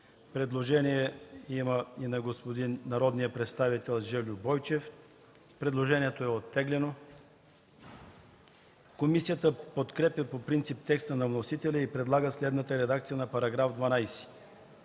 Предложение има и на народния представител Жельо Бойчев. Предложението е оттеглено. Комисията подкрепя по принцип текста на вносителя и предлага следната редакция на § 12: „§ 12.